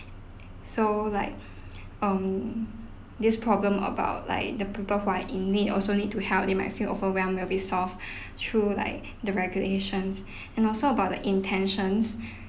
so like um this problem about like the people who are in need also need to help they might feel overwhelmed will be solved through like the regulations and also about the intentions